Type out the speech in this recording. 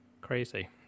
crazy